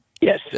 Yes